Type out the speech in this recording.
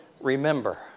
remember